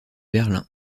berlin